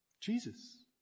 Jesus